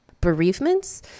bereavements